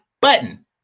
button